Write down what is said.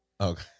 Okay